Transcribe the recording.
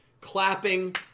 clapping